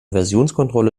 versionskontrolle